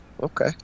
Okay